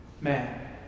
man